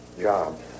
jobs